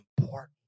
important